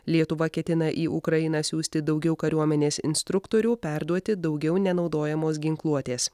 lietuva ketina į ukrainą siųsti daugiau kariuomenės instruktorių perduoti daugiau nenaudojamos ginkluotės